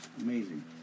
Amazing